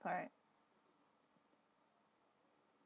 correct